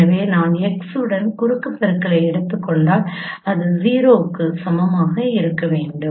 எனவே நான் X உடன் குறுக்கு பெருக்கலை எடுத்துக் கொண்டால் அது 0 க்கு சமமாக இருக்க வேண்டும்